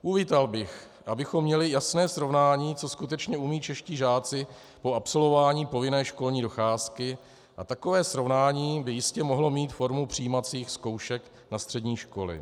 Uvítal bych, abychom měli jasné srovnání, co skutečně umějí čeští žáci po absolvování povinné školní docházky, a takové srovnání by jistě mohlo mít formu přijímacích zkoušek na střední školy.